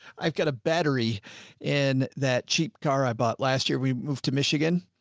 i've got a battery in that cheap car i bought last year, we moved to michigan.